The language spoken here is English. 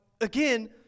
again